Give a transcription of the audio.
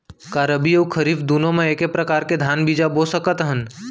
का रबि अऊ खरीफ दूनो मा एक्के प्रकार के धान बीजा बो सकत हन?